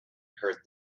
heard